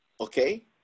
Okay